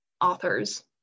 authors